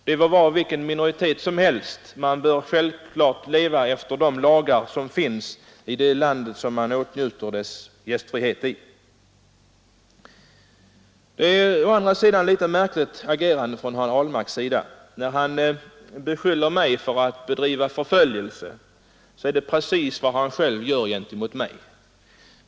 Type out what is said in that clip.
Det må vara vilka minoriteter som helst — man bör självfallet leva efter de lagar som finns i det land där man åtnjuter gästfrihet. Det är ett litet märkligt agerande från herr Ahlmarks sida. När han skyller mig för att bedriva förföljelse, så är det precis vad han själv gör gentemot mig.